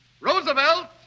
Roosevelt